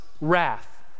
wrath